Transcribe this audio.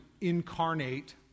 incarnate